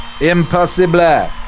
Impossible